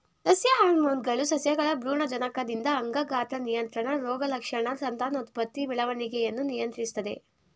ಸಸ್ಯ ಹಾರ್ಮೋನ್ಗಳು ಸಸ್ಯಗಳ ಭ್ರೂಣಜನಕದಿಂದ ಅಂಗ ಗಾತ್ರ ನಿಯಂತ್ರಣ ರೋಗಲಕ್ಷಣ ಸಂತಾನೋತ್ಪತ್ತಿ ಬೆಳವಣಿಗೆಯನ್ನು ನಿಯಂತ್ರಿಸ್ತದೆ